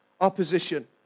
opposition